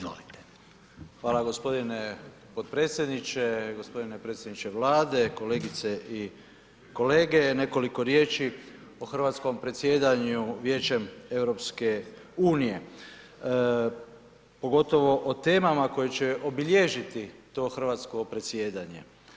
Hvala g. potpredsjedniče, g. predsjedniče Vlade, kolegice i kolege, nekoliko riječi o hrvatskom predsjedanju Vijećem EU, pogotovo o temama koje će obilježiti to hrvatsko predsjedanje.